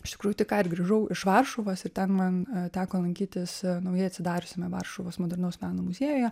iš tikrųjų tik ką grįžau iš varšuvos ir ten man teko lankytis naujai atsidariusiame varšuvos modernaus meno muziejuje